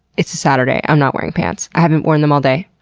it's a saturday. i'm not wearing pants. i haven't worn them all day.